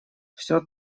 все